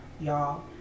y'all